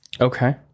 Okay